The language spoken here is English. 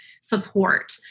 support